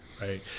right